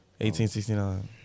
1869